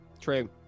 True